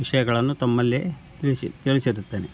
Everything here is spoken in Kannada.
ವಿಷಯಗಳನ್ನು ತಮ್ಮಲ್ಲೇ ತಿಳಿಸಿ ತಿಳಿಸಿರುತ್ತೇನೆ